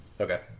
Okay